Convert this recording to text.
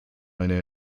eine